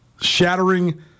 shattering